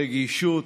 רגישות,